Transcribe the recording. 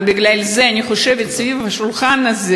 ובגלל זה אני חושבת שסביב השולחן הזה